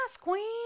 queen